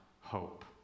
hope